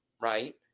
right